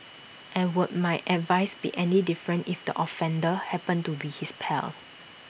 and would my advice be any different if the offender happened to be his pal